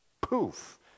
poof